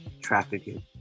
trafficking